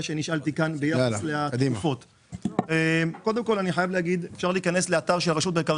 אני מבקש לדעת איפה נפתחו, לא איפה נעשו